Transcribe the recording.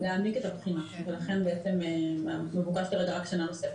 להעמיק את הבחינה ולכן הוחלט כרגע על בקשה של הארכה בשנה נוספת.